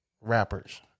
rappers